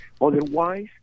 otherwise